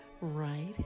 right